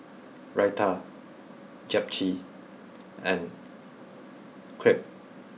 Raita Japchae and Crepe